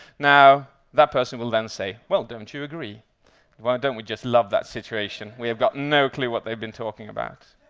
now, that person will then say, well, don't you agree and don't we just love that situation? we have got no clue what they've been talking about.